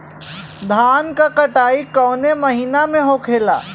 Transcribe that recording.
धान क कटाई कवने महीना में होखेला?